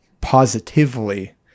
positively